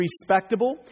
respectable